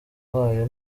wayo